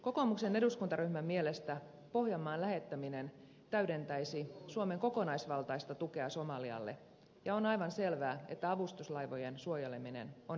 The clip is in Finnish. kokoomuksen eduskuntaryhmän mielestä pohjanmaan lähettäminen täydentäisi suomen kokonaisvaltaista tukea somalialle ja on aivan selvää että avustuslaivojen suojeleminen on välttämätöntä